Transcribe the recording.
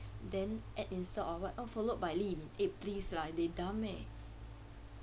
then add Insta or [what] all followed by liying eh please lah they dumb eh